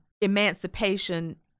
emancipation